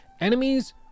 enemies